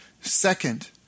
Second